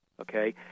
Okay